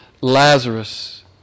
Lazarus